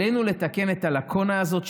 עלינו לתקן את הלקונה הזאת,